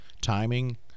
Timing